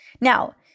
Now